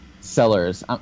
sellers